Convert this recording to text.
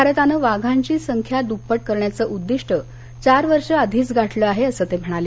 भारतानं वाघांची संख्या दुप्पट करण्याचं उद्दिष्ट चार वर्षे आधीच गाठलं आहे असं ते म्हणाले